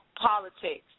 politics